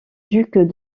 duc